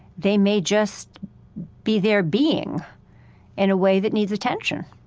they may just be there being in a way that needs attention.